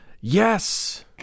Yes